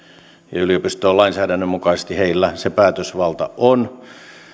yliopistolainsäädännön mukaisesti heillä se päätösvalta on